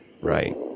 Right